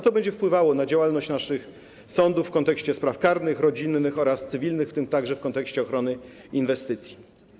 To będzie wpływało na działalność naszych sądów w kontekście spraw karnych, rodzinnych oraz cywilnych, w tym także w kontekście ochrony inwestycji.